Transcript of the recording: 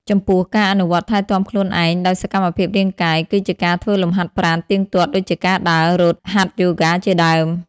ចំពោះ ការអនុវត្តថែទាំខ្លួនឯងដោយសកម្មភាពរាងកាយ គឺជាការធ្វើលំហាត់ប្រាណទៀងទាត់ ដូចជាការដើរ រត់ ហាត់យ៉ូហ្គាជាដើម។